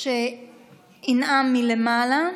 שינאם מלמעלה.